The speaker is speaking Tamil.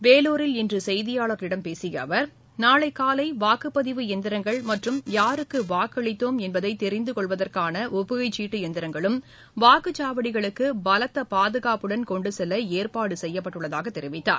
வேலூரில் இன்றுசெய்தியாளர்களிடம் பேசியஅவர் நாளைகாலைவாக்குப்பதிவு இயந்திரங்கள் மற்றும் யாருக்குவாக்களித்தோம் என்பதைதெரிந்துகொள்வதற்கானஒப்புகைச் சீட்டு இயந்திரங்களும் வாக்குச்சாவடிகளுக்குபலத்தபாதுகாப்புடன் கொண்டுசெல்லஏற்பாடுசெய்யப்பட்டுள்ளதாகத் தெரிவித்தார்